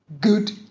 good